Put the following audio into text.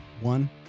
one